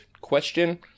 question